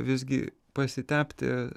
visgi pasitepti